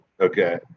okay